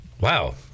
wow